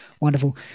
Wonderful